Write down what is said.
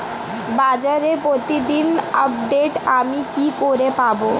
বাজারের প্রতিদিন আপডেট আমি কি করে পাবো?